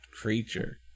creature